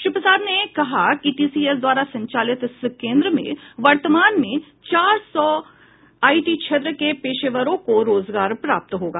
श्री प्रसाद ने कहा कि टीसीएस द्वारा संचालित इस केन्द्र में वर्तमान में चार सौ आईटी क्षेत्र के पेशेवरों को रोजगार प्राप्त होगा